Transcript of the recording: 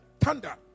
Thunder